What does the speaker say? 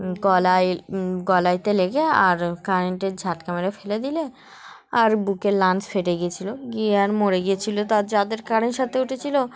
গলায় গলায়তে লেগে আর কারেন্টের ঝাপটা মড়ে ফেলে দিলে আর বুকের লাংস ফেটে গিয়েছিলো গিয়ে আর মরে গিয়েছিলো তার যাদের কারেন্ট সারতে উঠেছিলো